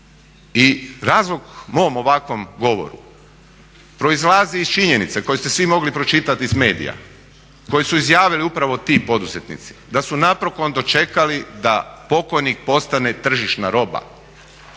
I razlog mom ovakvom govoru proizlazi iz činjenice koji ste svi mogli pročitati iz medija, koji su izjavili upravo ti poduzetnici da su napokon dočekali da pokojnik postane tržišna roba.